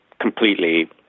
completely